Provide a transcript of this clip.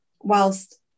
whilst